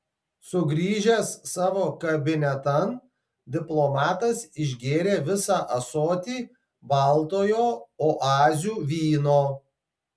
sugrįžęs savo kabinetan diplomatas išgėrė visą ąsotį baltojo oazių vyno